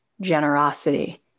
generosity